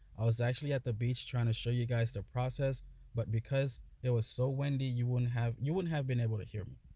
i was actually at the beach trying to show you guys the process but because it was so windy you wouldn't have you wouldn't have been able to hear me.